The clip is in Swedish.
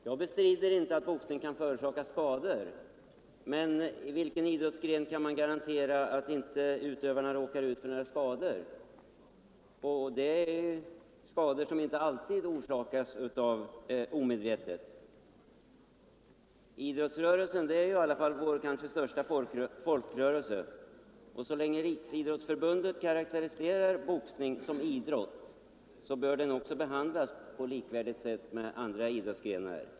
Herr talman! Jag bestrider inte att boxning kan förorsaka skador, men i vilken idrottsgren kan man garantera att inte utövarna råkar ut för skador — och skador som inte alltid orsakats omedvetet? Idrottsrörelsen är i alla fall vår kanske största folkrörelse och så länge Riksidrottsförbundet karaktäriserar boxning som idrott bör den också behandlas såsom likvärdig med andra idrottsgrenar.